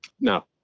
No